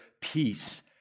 peace